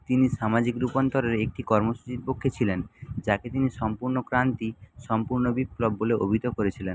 তিনি সামাজিক রূপান্তরের একটি কর্মসূচির পক্ষে ছিলেন যাকে তিনি সম্পূর্ণ ক্রান্তি সম্পূর্ণ বিপ্লব বলে অভিহিত করেছিলেন